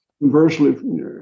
Conversely